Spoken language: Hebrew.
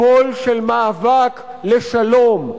קול של מאבק לשלום,